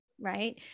right